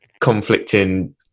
conflicting